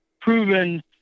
proven